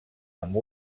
amb